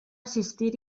assistir